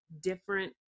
different